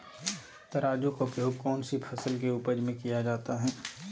तराजू का उपयोग कौन सी फसल के उपज में किया जाता है?